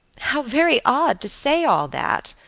how very odd to say all that!